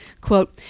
quote